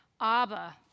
Abba